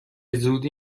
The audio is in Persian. زودی